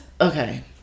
okay